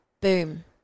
boom